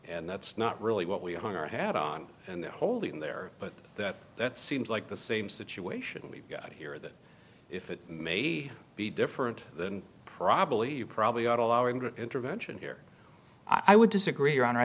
and that's not really what we hung her hat on and holding there but that that seems like the same situation we've got here that if it may be different than probably you probably are allowing the intervention here i would disagree your honor i